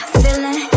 feeling